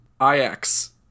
IX